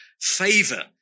favor